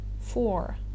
four